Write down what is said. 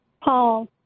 Paul